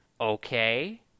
okay